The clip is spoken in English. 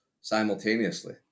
simultaneously